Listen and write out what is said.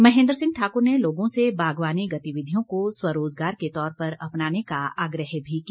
महेन्द्र सिंह ठाकर ने लोगों से बागवानी गतिविधियों को स्वरोजगार के तौर पर अपनाने का आग्रह भी किया